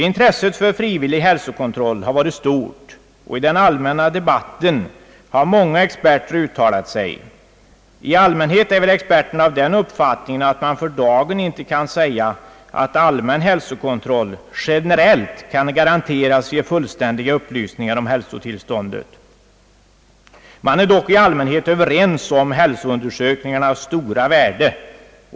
Intresset för frivillig hälsokontroll har varit stort, och i den allmänna debatten har många experter uttalat sig. I allmänhet är väl experterna av den uppfattningen att man för dagen inte kan säga, att allmän hälsokontroll generellt kan garanteras ge fullständiga upplysningar om hälsotillståndet. Man är dock i allmänhet överens om hälsoundersökningarnas stora värde.